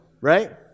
Right